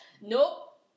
nope